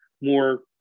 more